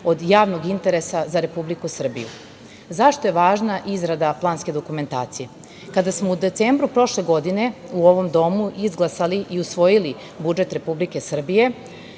od javnog interesa za Republiku Srbiju.Zašto je važna izrada planske dokumentacije? Kada smo u decembru prošle godine u ovom domu izglasali i usvojili budžet Republike Srbije,